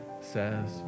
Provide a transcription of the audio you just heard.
says